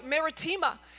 Maritima